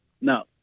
No